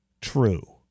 true